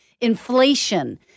inflation